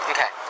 Okay